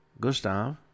Gustav